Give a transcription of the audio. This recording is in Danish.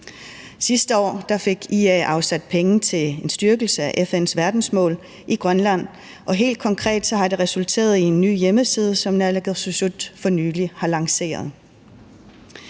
Sidste år fik IA afsat penge til en styrkelse af FN's verdensmål i Grønland, og helt konkret har det resulteret i en ny hjemmeside, som naalakkersuisut for nylig har lanceret.